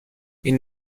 این